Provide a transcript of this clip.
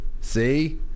See